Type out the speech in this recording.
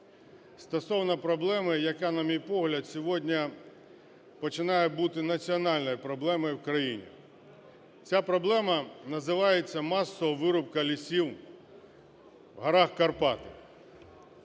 Стосовно проблеми, яка, на мій погляд, сьогодні починає бути національною проблемою в країні, ця проблема називається масова вирубка лісів в горах Карпати.